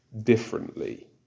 differently